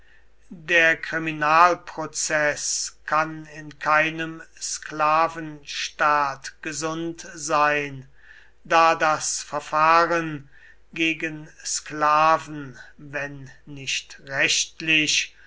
der kriminalprozeß kann in keinem sklavenstaat gesund sein da das verfahren gegen sklaven wenn nicht rechtlich